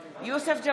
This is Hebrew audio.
(קוראת בשמות חברי הכנסת) יוסף ג'בארין,